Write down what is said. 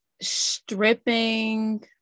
stripping